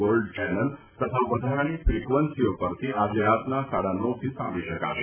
gold channel તથા વધારાની ફિકવન્સીઓ પરથી આજે રાતના સાડા નવથી સાંભળી શકાશે